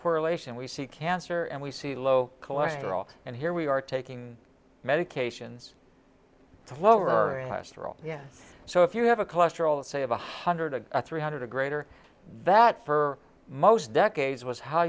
correlation we see cancer and we see low cholesterol and here we are taking medications to lower our asteroid yes so if you have a cholesterol say of a hundred a three hundred a greater that for most decades was how